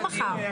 הערב, לא מחר.